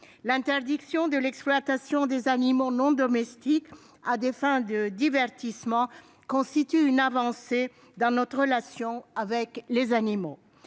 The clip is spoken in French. L'interdiction de l'exploitation des animaux non domestiques à des fins de divertissement constitue une avancée dans notre relation avec les animaux.